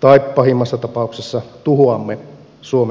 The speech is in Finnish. tai pahimmassa tapauksessa tuhoamme suomen oman talouden